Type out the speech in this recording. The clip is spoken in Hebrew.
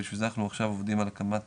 בשביל זה אנחנו עכשיו עובדים על הקמת